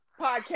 podcast